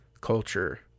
culture